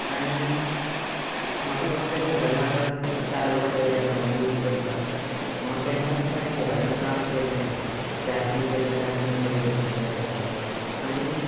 आनी म्हाका कसले मोबायलांत आतां चार वर्सां जालीं आतां हांव यूज करतां म्हाका केन्नाच कांय मोबायलान त्रास केले ना चार्जिंग जाल्यार चार्जिंग बरे भशेन जाता आणी